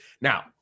now